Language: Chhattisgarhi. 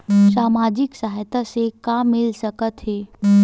सामाजिक सहायता से का मिल सकत हे?